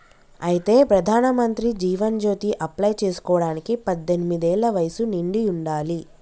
అయితే ప్రధానమంత్రి జీవన్ జ్యోతి అప్లై చేసుకోవడానికి పద్దెనిమిది ఏళ్ల వయసు నిండి ఉండాలి